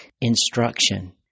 instruction